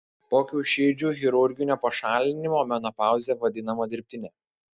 po kiaušidžių chirurginio pašalinimo menopauzė vadinama dirbtine